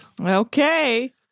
Okay